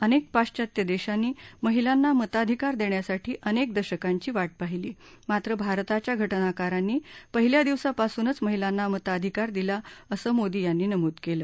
अनेक पाश्वात्य देशांनी महिलांना मताधिकार देण्यासाठी अनेक दशकांची वाट पाहिली मात्र भारताच्या घटनाकारांनी पहिल्या दिवसापासूनच महिलांना मताधिकार दिला असं मोदी यांनी नमूद केलं